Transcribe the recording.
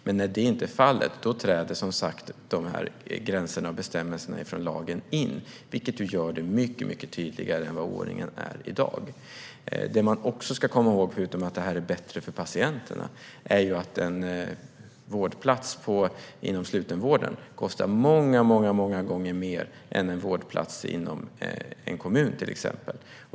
Men när så inte är fallet träder lagens gränser och bestämmelser in, vilket gör det mycket tydligare än dagens ordning. Förutom att detta är bättre för patienterna kostar en vårdplats inom slutenvården många gånger mer än en vårdplats inom en kommun.